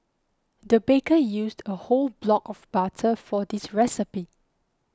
the baker used a whole block of butter for this recipe